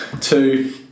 two